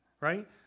right